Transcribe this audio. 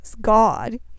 God